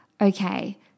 okay